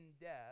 death